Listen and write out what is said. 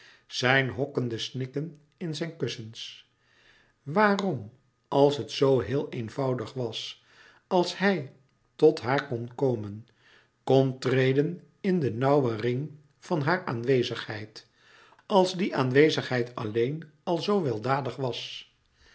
zijn hokkende snikken in zijn kussens waarom als het zoo heel eenvoudig was als hij tot haar kon komen kon treden in den nauwen ring van haar aanwezigheid als die aanwezigheid alleen al zoo weldadig was